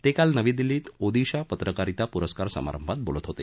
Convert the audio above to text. ते काल नवी दिल्लीत झालेल्या ओदिशा पत्रकारिता पुरस्कार समारंभात बोलत होते